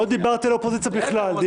לא דיברתי על אופוזיציה בכלל,